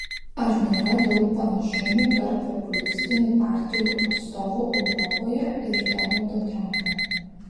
ar nėra daug panašumų tarp populistinių partijų atstovų europoje ir donaldo trumpo